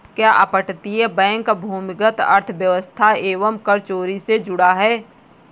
क्या अपतटीय बैंक भूमिगत अर्थव्यवस्था एवं कर चोरी से जुड़ा है?